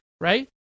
right